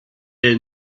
est